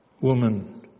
woman